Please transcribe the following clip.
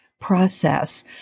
process